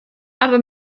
aber